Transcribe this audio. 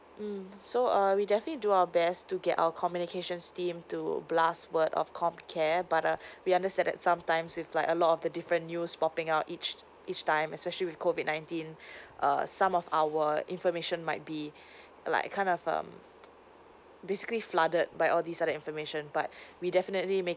mm so uh we definitely do our best to get our communications team to blast word of comcare but uh we understand that sometimes with like a lot of the different use popping out each each time especially with COVID ninety uh some of our information might be like kind of um basically flooded by all these other information but we definitely make